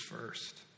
first